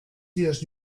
dies